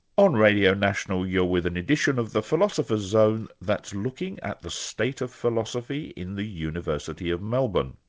on radio national, you're with an edition of the philosopher's zone that's looking at the state of philosophy in the university of melbourne.